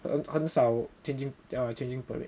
很少 changing err changing parade